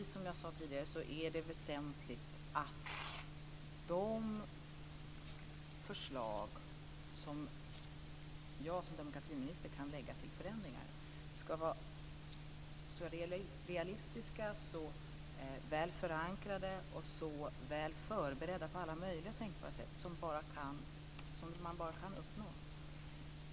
Som jag sade tidigare är det väsentligt att de förslag om förändringar som jag som demokratiminister kan lägga är så realistiska, så väl förankrade och så väl förberedda på alla tänkbara sätt som det bara går att uppnå.